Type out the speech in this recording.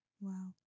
Wow